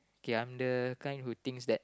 okay I'm the kind who thinks that